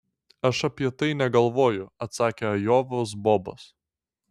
aš apie tai negalvoju atsakė ajovos bobas